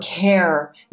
care